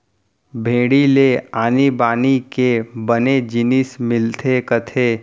भेड़ी ले आनी बानी के बने जिनिस मिलथे कथें